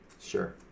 sure